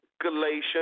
Galatians